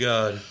God